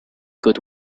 good